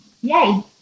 yay